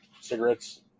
cigarettes